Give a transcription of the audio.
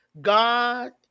God